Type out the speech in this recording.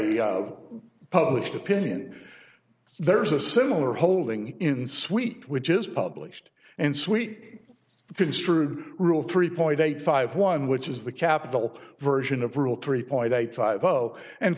of published opinion there's a similar holding in suite which is published and sweet construed rule three point eight five one which is the capital version of rule three point eight five zero and